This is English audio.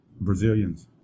Brazilians